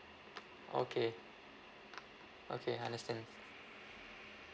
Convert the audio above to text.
okay okay understand